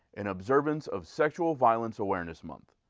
in observance of sexual violence awareness month.